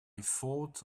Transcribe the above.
thought